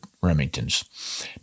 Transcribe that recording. Remingtons